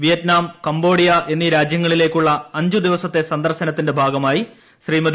Vietnam Cambodia എന്നീ രാജ്യങ്ങളിലേയ്ക്കുള്ള അഞ്ച് ദിവസത്തെ സന്ദർശനത്തിന്റെ ഭാഗ്യമാട്ട്രി ശ്രീമതി